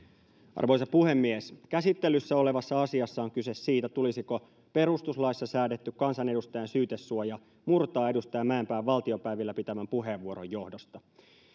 arvoisa puhemies käsittelyssä olevassa asiassa on kyse siitä tulisiko perustuslaissa säädetty kansanedustajan syytesuoja murtaa edustaja mäenpään valtiopäivillä pitämän puheenvuoron johdosta